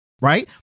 Right